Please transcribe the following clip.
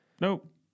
Nope